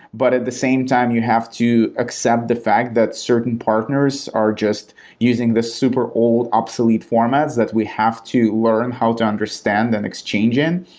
but at the same time you have to accept the fact that certain partners are just using the super old obsolete formats that we have to learn how to understand the exchange in.